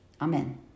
Amen